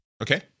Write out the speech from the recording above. Okay